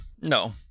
no